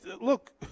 look